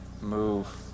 move